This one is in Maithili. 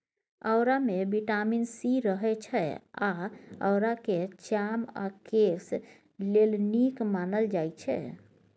औरामे बिटामिन सी रहय छै आ औराकेँ चाम आ केस लेल नीक मानल जाइ छै